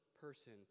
person